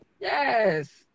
Yes